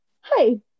hi